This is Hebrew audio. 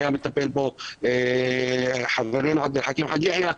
טיפל בו חברנו עבד אל חכים חאג' יחיא,